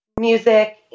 music